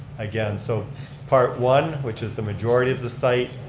again, so part one, which is the majority of the site,